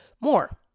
More